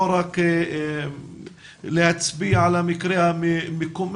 לא רק להצביע על המקרה המקומם,